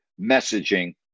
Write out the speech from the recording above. messaging